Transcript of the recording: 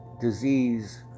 disease